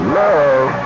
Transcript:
love